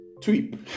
tweet